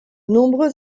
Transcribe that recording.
nombreux